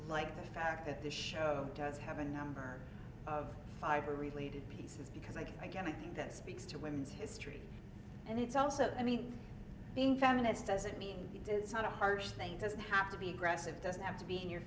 like the fact that this show does have a number of fiber related pieces because i think again i think that speaks to women's history and it's also being feminist doesn't mean it's not a harsh they just have to be aggressive doesn't have to be in your